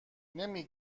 نمی